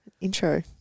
Intro